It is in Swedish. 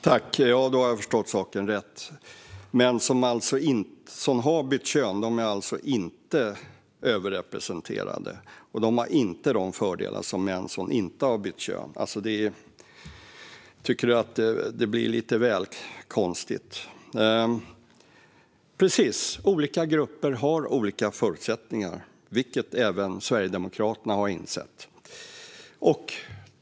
Fru talman! Då har jag förstått saken rätt. Män som har bytt kön är alltså inte överrepresenterade, och de har inte de fördelar som män som inte har bytt kön har. Jag tycker att det blir lite väl konstigt. Precis - olika grupper har olika förutsättningar, vilket även Sverigedemokraterna har insett.